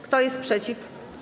Kto jest przeciw?